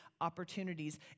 opportunities